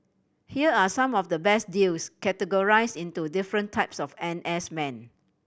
here are some of the best deals categorise into different types of N S men